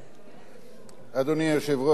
אדוני היושב-ראש, רבותי השרים,